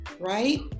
right